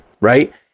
right